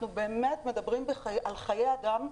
אנחנו באמת מדברים על חיי אדם.